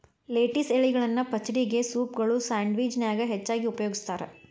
lettuce ಎಲಿಗಳನ್ನ ಪಚಡಿಗೆ, ಸೂಪ್ಗಳು, ಸ್ಯಾಂಡ್ವಿಚ್ ನ್ಯಾಗ ಹೆಚ್ಚಾಗಿ ಉಪಯೋಗಸ್ತಾರ